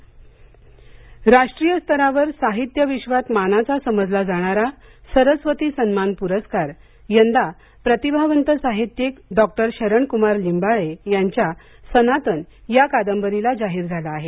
सरस्वती सन्मान राष्ट्रीय स्तरावर साहित्य विश्वात मानाचा समजला जाणारा सरस्वती सन्मान प्रस्कार यंदा प्रतिभावंत साहित्यिक डॉक्टर शरणक्मार लिंबाळे यांच्या सनातन या कादंबरीला जाहीर झाला आहे